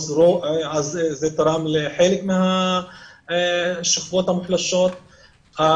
שתרמה לחלק מהשכבות המוחלשות,